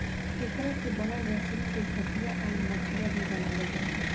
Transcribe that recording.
एकरा से बनल रसरी से खटिया, अउर मचिया भी बनावाल जाला